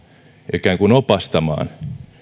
ikään kuin opastamaan